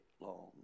long